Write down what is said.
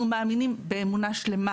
אנחנו מאמינים באמונה שלמה